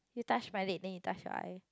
you touch my leg then you touch your eye